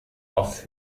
auf